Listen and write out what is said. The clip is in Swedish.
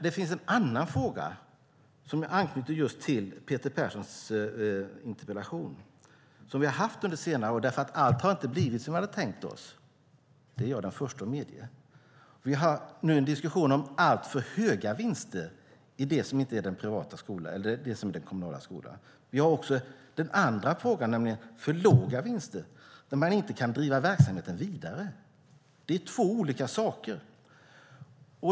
Det finns dock en annan fråga jag anknyter just till Peter Perssons interpellation och som vi har haft under senare år. Allt har nämligen inte blivit som vi hade tänkt oss - det är jag den första att medge. Vi har nu en diskussion om alltför höga vinster i det som inte är den kommunala skolan. Vi har också den andra frågan, nämligen för låga vinster där man inte kan driva verksamheten vidare. Det är två olika saker.